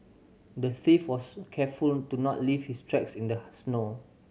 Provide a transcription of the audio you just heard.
the thief was careful to not leave his tracks in the snow